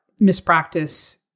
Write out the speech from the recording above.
mispractice